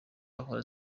ahora